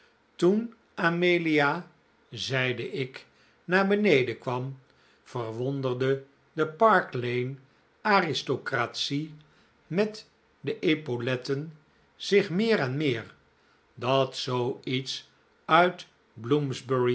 toen amelia zeide ik naar beneden kwam verwonderde de park lane aristrocratie met de epauletten zich meer en meer dat zoo iets uit